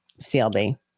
CLB